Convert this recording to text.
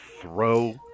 throw